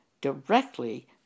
directly